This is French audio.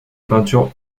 peinture